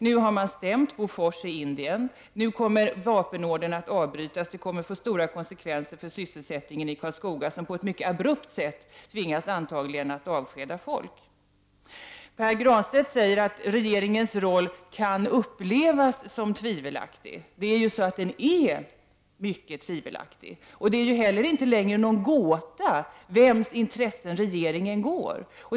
Nu har man stämt Bofors i Indien. Nu kommer vapenorder att avbrytas, vilket kommer att få stora konsekvenser för sysselsättningen i Karlskoga där man antagligen på ett mycket abrupt sätt tvingas avskeda folk. Pär Granstedt säger att regeringens roll kan upplevas som tvivelaktig. Den är tvivelaktig. Det är inte heller längre någon gåta vems intressen regeringen går.